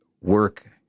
work